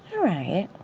right.